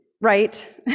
right